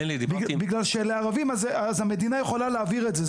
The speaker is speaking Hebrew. אבל בגלל שמדובר בערבים אז המדינה מייחסת לזה פחות חשיבות,